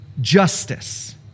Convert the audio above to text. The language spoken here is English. justice